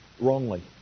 wrongly